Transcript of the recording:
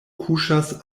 kuŝas